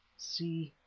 see!